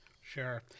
Sure